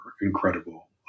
incredible